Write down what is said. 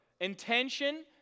Intention